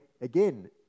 again